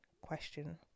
question